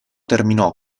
terminò